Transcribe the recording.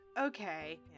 Okay